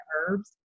herbs